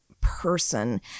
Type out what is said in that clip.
person